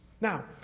Now